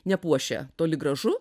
nepuošia toli gražu